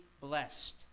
blessed